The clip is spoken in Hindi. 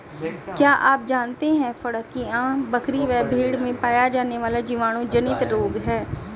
क्या आप जानते है फड़कियां, बकरी व भेड़ में पाया जाने वाला जीवाणु जनित रोग है?